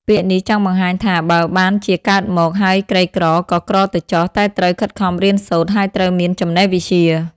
ពាក្យនេះចង់បង្ហាញថា បើបានជាកើតមក ហើយក្រីក្រក៏ក្រទៅចុះ តែត្រូវខិតខំរៀនសូត្រ ហើយត្រូវមានចំណេះវិជ្ជា ។